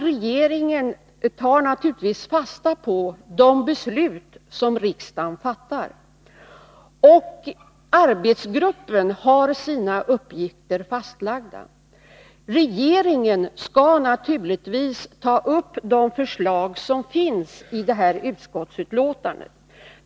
Regeringen tar naturligtvis fasta på de beslut som riksdagen fattar, och arbetsgruppen har sina uppgifter fastlagda. Regeringen skall naturligtvis ta upp de förslag som finns i detta utskottsbetänkande.